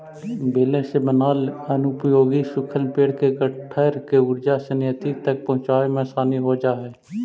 baler से बनाल अनुपयोगी सूखल पेड़ के गट्ठर के ऊर्जा संयन्त्र तक पहुँचावे में आसानी हो जा हई